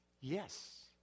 Yes